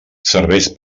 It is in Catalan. serveis